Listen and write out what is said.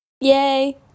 Yay